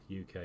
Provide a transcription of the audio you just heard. UK